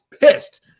pissed